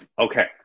Okay